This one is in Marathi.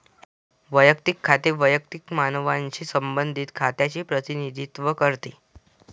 वैयक्तिक खाते वैयक्तिक मानवांशी संबंधित खात्यांचे प्रतिनिधित्व करते